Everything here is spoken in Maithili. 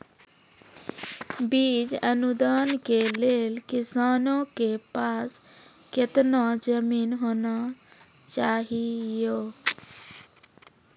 बीज अनुदान के लेल किसानों के पास केतना जमीन होना चहियों?